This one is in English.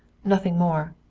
nothing more.